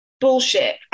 Bullshit